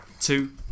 two